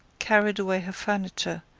carried away her furniture,